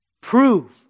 Prove